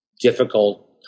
difficult